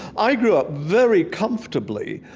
i grew up very comfortably,